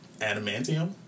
adamantium